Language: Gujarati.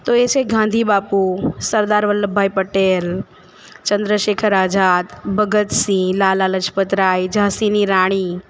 તો એ છે ગાંધી બાપુ સરદાર વલ્લભભાઈ પટેલ ચંદ્રશેખર આઝાદ ભગતસિંહ લાલા લાજપતરાય ઝાંસીની રાણી